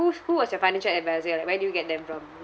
who was your financial adviser your like where do you get them from